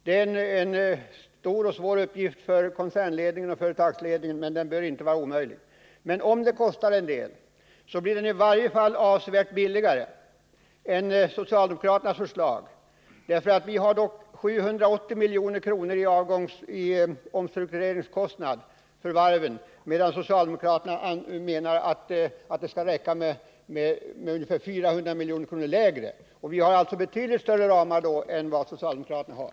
Det är en stor och svår uppgift för koncernledningen och regeringen, men den bör ändå inte vara omöjlig att genomföra. Även om förslaget kostar en del, blir det i varje fall avsevärt billigare att genomföra det än socialdemokraternas förslag. I propositionen beräknas 780 milj.kr. i omstruktureringskostnad för varvet, medan socialdemokraterna anser att det skall räcka med ett belopp som är ungefär 400 milj.kr. lägre att driva varvet t. v. Vi har alltså betydligt större ramar än vad socialdemokraterna har.